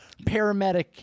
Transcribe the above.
Paramedic